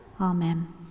amen